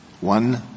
one